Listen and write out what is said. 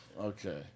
Okay